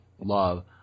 Love